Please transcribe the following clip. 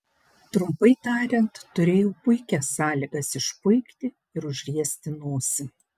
trumpai tariant turėjau puikias sąlygas išpuikti ir užriesti nosį